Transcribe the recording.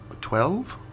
Twelve